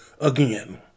Again